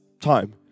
time